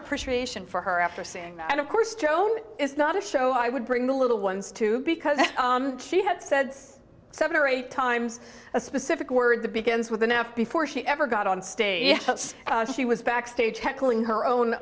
appreciation for her after seeing that and of course joan is not a show i would bring the little ones to because she had said seven or eight times a specific word the begins with an f before she ever got on stage she was backstage heckling her own